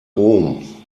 rom